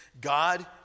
God